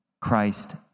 Christ